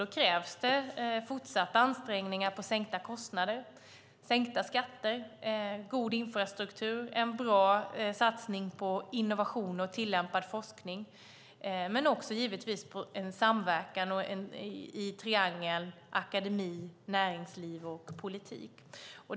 Då krävs det fortsatta ansträngningar för sänkta kostnader, sänkta skatter, god infrastruktur, en bra satsning på innovation och tillämpad forskning men givetvis också en samverkan i triangeln akademi, näringsliv och politik.